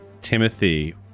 Timothy